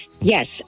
Yes